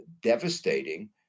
devastating